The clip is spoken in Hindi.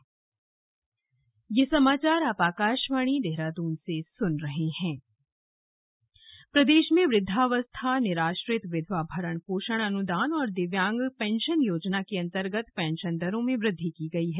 पेंशन दरों में वृद्वि प्रदेश में वृद्धावस्था निराश्रित विधवा भरण पोषण अनुदान और दिव्यांग पेंशन योजना के अंतर्गत पेंशन दरों में वृद्धि की गई है